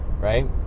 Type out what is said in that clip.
right